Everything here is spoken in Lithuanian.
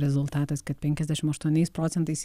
rezultatas kad penkiasdešimt aštuoniais procentais